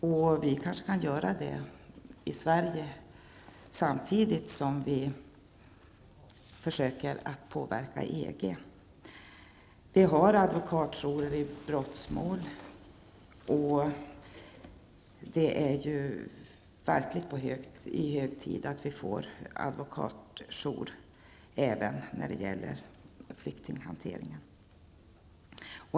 Vi här i Sverige kanske kan göra det, samtidigt som vi försöker att påverka EG. Det finns advokatjourer för brottsmål, och det är verkligt hög tid för advokatjourer även när det gäller flyktinghanteringen.